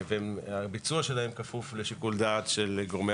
והביצוע שלהן כפוף לשיקול דעת של גורמי